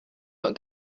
not